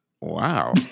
Wow